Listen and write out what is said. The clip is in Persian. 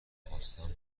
خواستم